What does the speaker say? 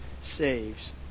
saves